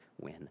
win